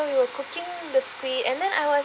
so we were cooking the squid and then I was